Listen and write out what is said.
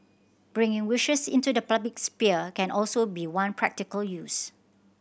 bringing wishes into the public sphere can also be one practical use